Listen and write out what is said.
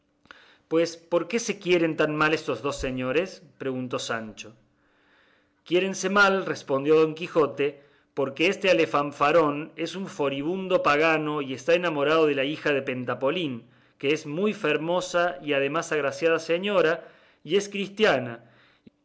pues por qué se quieren tan mal estos dos señores preguntó sancho quierénse mal respondió don quijote porque este alefanfarón es un foribundo pagano y está enamorado de la hija de pentapolín que es una muy fermosa y además agraciada señora y es cristiana